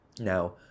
Now